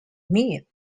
meade